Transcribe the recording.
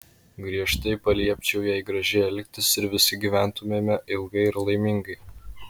griežtai paliepčiau jai gražiai elgtis ir visi gyventumėme ilgai ir laimingai